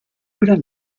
gran